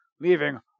leaving